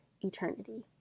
eternity